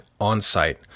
on-site